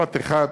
במשפט אחד: